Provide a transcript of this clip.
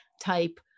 type